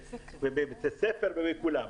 בבתי ספר ובכולם.